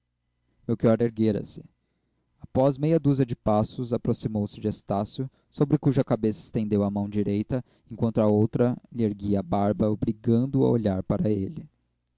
melchior erguera-se após meia dúzia de passos aproximou-se de estácio sobre cuja cabeça estendeu a mão direita enquanto com a outra lhe erguia a barba obrigando-o a olhar para ele